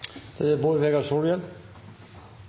Da er det